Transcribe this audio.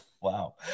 wow